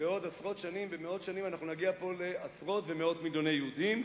בעוד עשרות שנים ומאות שנים נגיע פה לעשרות ומאות מיליוני יהודים.